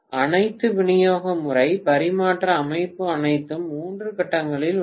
அனைத்து விநியோக முறை பரிமாற்ற அமைப்பு அனைத்தும் மூன்று கட்டங்களில் உள்ளன